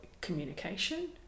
communication